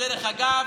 דרך אגב,